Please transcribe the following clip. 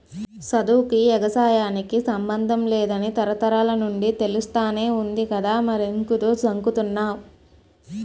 సదువుకీ, ఎగసాయానికి సమ్మందం లేదని తరతరాల నుండీ తెలుస్తానే వుంది కదా మరెంకుదు జంకుతన్నావ్